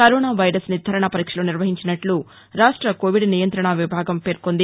corona virus నిర్దారణ పరీక్షలు నిర్వహించినట్లు రాష్ట కోవిడ్ నియంతణ విభాగం పేర్కొంది